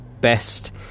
best